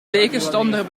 tegenstander